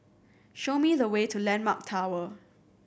show me the way to Landmark Tower